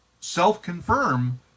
self-confirm